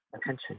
attention